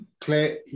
Claire